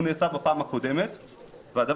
הוא נעשה בפעם הקודמת; ו-ב.